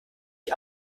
ich